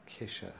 kisha